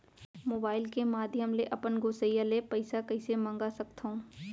Mobile के माधयम ले अपन गोसैय्या ले पइसा कइसे मंगा सकथव?